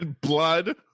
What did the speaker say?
Blood